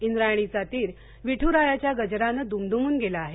इंद्रायणीचा तीर विठुरायाच्या गजराने दुमदुमून गेला वाहे